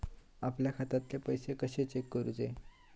आपल्या खात्यातले पैसे कशे चेक करुचे?